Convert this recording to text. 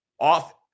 Off